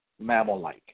mammal-like